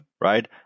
right